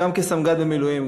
שגם כסמג"ד במילואים,